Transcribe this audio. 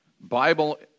Bible